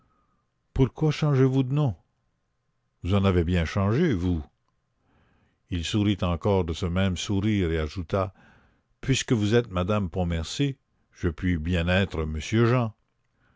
pourquoi changez vous de nom vous en avez bien changé vous il sourit encore de ce même sourire et ajouta puisque vous êtes madame pontmercy je puis bien être monsieur jean